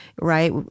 right